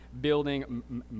building